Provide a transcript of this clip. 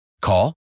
Call